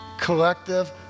collective